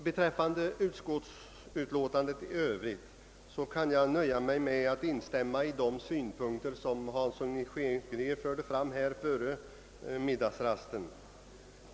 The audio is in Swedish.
Beträffande utskottsutlåtandet i ÖvV rigt kan jag nöja mig med att instämma i de synpunkter som herr Hansson i Skegrie framförde före middagsrasten.